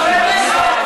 חבר הכנסת עודד פורר,